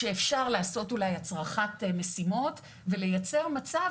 שאפשר לעשות אולי הצרכת משימות ולייצר מצב